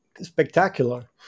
spectacular